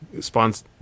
spawns